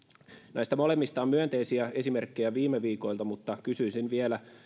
näistä molemmista on myönteisiä esimerkkejä viime viikoilta mutta kysyisin vielä